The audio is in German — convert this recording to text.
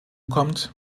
kommt